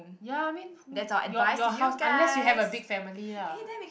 ya I mean your your house unless you have a big family lah